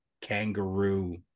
kangaroo